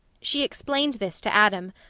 she explained this to adam,